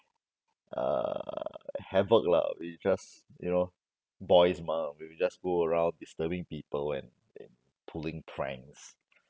uh havoc lah we just you know boys mah we will just go around disturbing people and pulling pranks